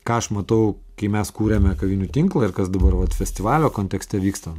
ką aš matau kai mes kūrėme kavinių tinklą ir kas dabar vat festivalio kontekste vyksta